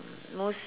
most